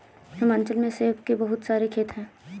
हिमाचल में सेब के बहुत सारे खेत हैं